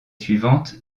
suivante